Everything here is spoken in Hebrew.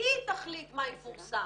היא תחליט מה יפורסם.